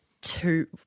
two